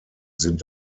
sind